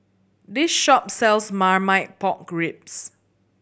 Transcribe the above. this shop sells Marmite Pork Ribs